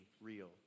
real